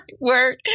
word